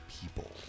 People